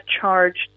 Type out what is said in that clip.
charged